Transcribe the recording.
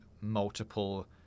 multiple